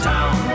Town